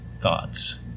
thoughts